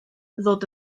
ddod